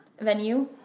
venue